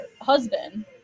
husband